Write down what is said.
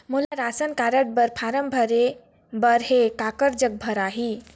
मोला ration card बर form भरे बर हे काकर जग भराही?